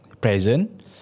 present